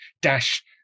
dash